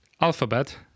Alphabet